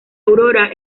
aurora